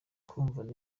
kumvuga